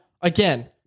again